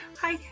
Hi